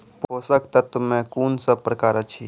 पोसक तत्व मे कून सब प्रकार अछि?